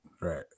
Right